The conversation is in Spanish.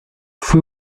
fue